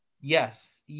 Yes